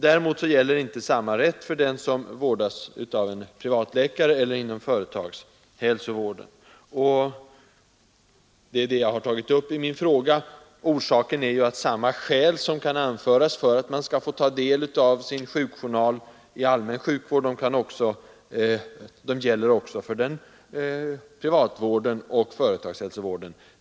Däremot gäller inte samma rätt för den som vårdas av en privatläkare eller inom företagshälsovården. Det är det jag har tagit upp i min fråga. Samma skäl som kan anföras för att man skall få ta del av sin sjukjournal i allmän sjukvård gäller också för privatvården och företagshälsovården.